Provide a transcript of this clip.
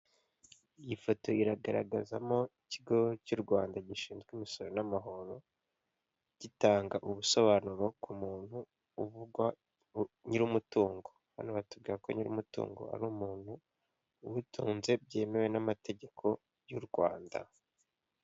Umuhanda wa kaburimbo ushushanyijemo imirongo myinshi itandukanye muri iyo mirongo harimo iy'umuhondo irombereje idacagaguye, indi akaba ari imirongo y'umweru ishushanyije mu cyerekezo kimwe cyangwa se aho abanyamaguru bakwiye kwambukira, hakaba hateye ibyatsi kuruhande rw'umuhanda kandi mu muhanda rwagati hakaba harimo ibinyabiziga byinshi bitandukanye nk'ibinyamitende moto ndetse n'imodoka.